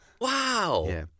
Wow